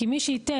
כי מי שייתן,